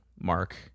mark